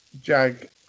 jag